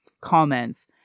comments